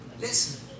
Listen